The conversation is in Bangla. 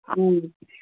আমি